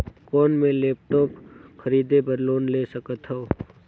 कौन मैं लेपटॉप खरीदे बर लोन ले सकथव?